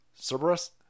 Cerberus